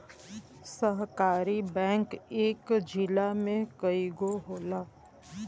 सहकारी बैंक इक जिला में कई गो होला